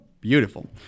beautiful